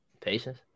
patience